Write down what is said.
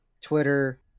Twitter